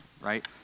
right